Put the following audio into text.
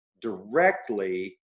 directly